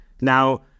Now